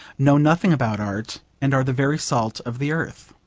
know nothing about art, and are the very salt of the earth.